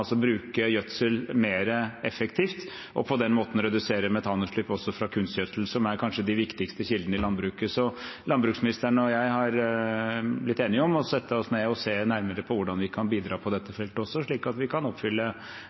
bruke gjødsel mer effektivt og på den måten redusere metanutslipp også fra kunstgjødsel, som kanskje er de viktigste kildene i landbruket. Landbruksministeren og jeg har blitt enige om at vi skal sette oss ned og se nærmere på hvordan vi kan bidra på dette feltet, slik at vi kan